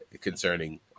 concerning